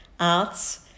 Arts